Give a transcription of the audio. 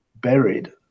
buried